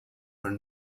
were